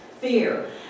fear